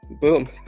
Boom